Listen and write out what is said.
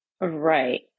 Right